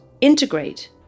integrate